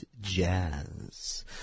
Jazz